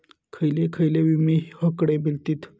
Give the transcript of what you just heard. खयले खयले विमे हकडे मिळतीत?